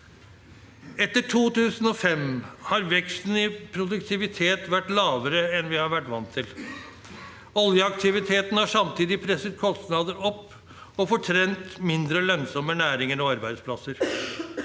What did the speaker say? Etter 2005 har veksten i produktivitet vært lavere enn vi har vært vant til. Oljeaktiviteten har samtidig presset kostnader opp og fortrengt mindre lønnsomme næringer og arbeidsplasser.